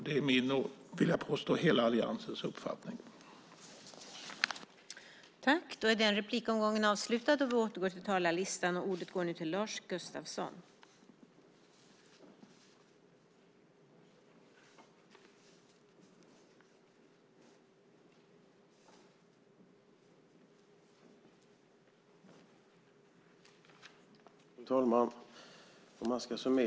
Det är min och hela alliansens uppfattning vill jag påstå.